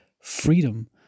freedom